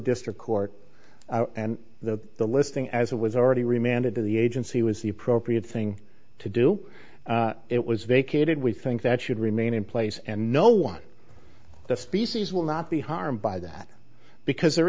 district court and the the listing as it was already reminded that the agency was the appropriate thing to do it was vacated we think that should remain in place and no one the species will not be harmed by that because there